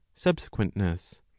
subsequentness